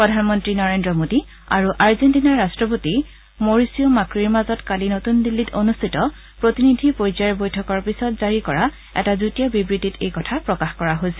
প্ৰধানমন্ত্ৰী নৰেন্দ্ৰ মোডী আৰু আৰ্জেণ্টিনাৰ ৰাট্টপতি মৰিচিঅ মাক্ৰীৰ মাজত কালি নতুন দিল্লীত অনুষ্ঠিত প্ৰতিনিধি পৰ্যায়ৰ বৈঠকৰ পিছত জাৰি কৰা এটা যুটীয়া বিবৃতিত এই কথা প্ৰকাশ কৰা হৈছে